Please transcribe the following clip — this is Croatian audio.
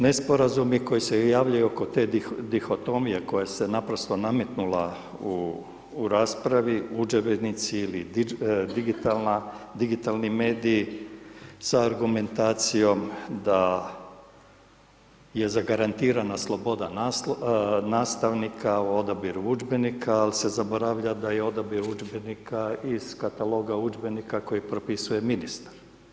Nesporazumi koji se javljaju oko te dihotomije koja se naprosto nametnula u raspravi, udžbenici ili digitalni mediji sa argumentacijom da je zagarantirana sloboda nastavnika u odabiru udžbenika, ali se zaboravlja da je odabir udžbenika iz kataloga udžbenika koji propisuje ministar.